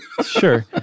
Sure